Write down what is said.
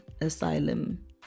Asylum